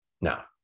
Now